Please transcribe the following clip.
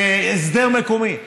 זה הסדר מקומי.